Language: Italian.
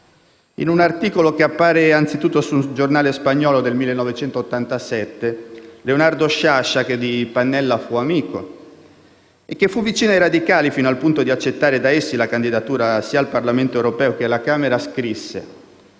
In un articolo che apparve anzitutto su un giornale spagnolo nel 1987, Leonardo Sciascia - che di Pannella fu amico e che fu vicino ai radicali fino al punto di accettare da essi la candidatura sia al Parlamento europeo che alla Camera - scrisse: